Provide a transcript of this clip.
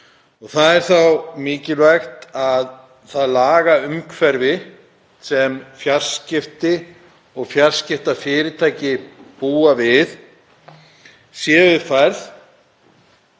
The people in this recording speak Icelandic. Þá er mikilvægt að það lagaumhverfi, sem fjarskipti og fjarskiptafyrirtæki búa við, sé uppfært